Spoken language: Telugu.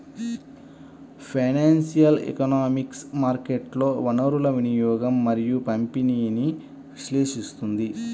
ఫైనాన్షియల్ ఎకనామిక్స్ మార్కెట్లలో వనరుల వినియోగం మరియు పంపిణీని విశ్లేషిస్తుంది